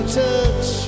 touch